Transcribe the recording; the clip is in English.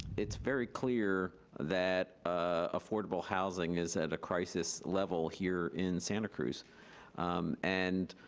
it's very clear that affordable housing is at a crisis level here in santa cruz and